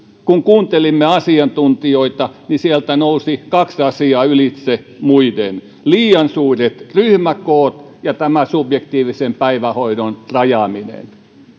kun kuuntelimme asiantuntijoita sieltä nousi kaksi asiaa ylitse muiden liian suuret ryhmäkoot ja tämä subjektiivisen päivähoidon rajaaminen